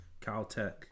Caltech